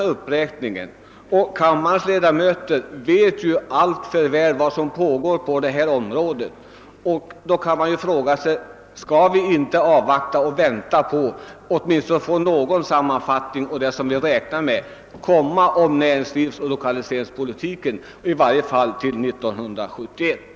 Kammarens ledamöter vet mycket väl vad som pågår på dessa områden. Man kan då fråga sig om man inte skall avvakta dessa utredningars resultat och vänta med åtgärder på näringslivsoch lokaliseringspolitikens område i varje fall till 1971.